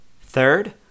Third